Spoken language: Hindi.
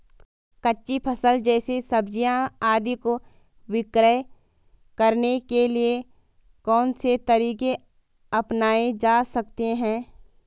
कच्ची फसल जैसे सब्जियाँ आदि को विक्रय करने के लिये कौन से तरीके अपनायें जा सकते हैं?